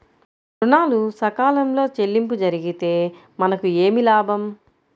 ఋణాలు సకాలంలో చెల్లింపు జరిగితే మనకు ఏమి లాభం?